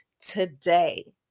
today